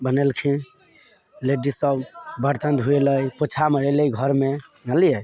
बनेलखिन लेडिस सब बर्तन धोयेलै पोछा मरेलै घरमे जनलियै